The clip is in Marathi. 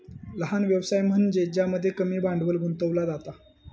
लहान व्यवसाय म्हनज्ये ज्यामध्ये कमी भांडवल गुंतवला जाता